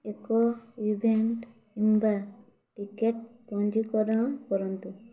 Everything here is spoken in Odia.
ଏକ ଇଭେଣ୍ଟ କିମ୍ୱା ଟିକେଟ୍ ପଞ୍ଜିକରଣ କରନ୍ତୁ